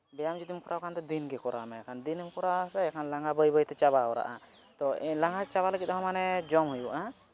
ᱵᱮᱭᱟᱢ ᱡᱩᱫᱤᱢ ᱠᱚᱨᱟᱣ ᱠᱷᱟᱱ ᱫᱚ ᱫᱤᱱᱜᱮ ᱠᱚᱨᱟᱣᱢᱮ ᱮᱱᱠᱷᱟᱱ ᱫᱤᱱᱮᱢ ᱠᱚᱨᱟᱣᱟᱥᱮ ᱮᱱᱠᱷᱟᱱ ᱞᱟᱸᱜᱟ ᱵᱟᱹᱭ ᱵᱟᱹᱭᱛᱮ ᱪᱟᱵᱟ ᱦᱚᱨᱟᱜᱼᱟ ᱛᱚ ᱞᱟᱸᱜᱟ ᱪᱟᱞᱟ ᱞᱟᱹᱜᱤᱫ ᱦᱚᱸ ᱢᱟᱱᱮ ᱡᱚᱢ ᱦᱩᱭᱩᱜᱼᱟ